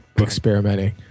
Experimenting